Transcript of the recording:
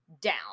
down